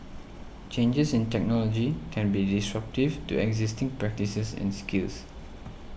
changes in technology can be disruptive to existing practices and skills